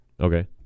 okay